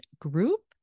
group